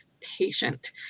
patient